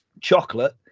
chocolate